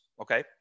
okay